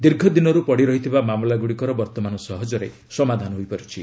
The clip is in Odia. ଦୀର୍ଘ ଦିନରୁ ପଡ଼ିରହିଥିବା ମାମଲାଗୁଡ଼ିକର ବର୍ତ୍ତମାନ ସହଜରେ ସମାଧାନ ହୋଇପାରୁଛି